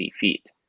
feet